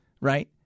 right